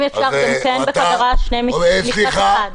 אם אפשר, גם כן בקצרה, שני משפטים.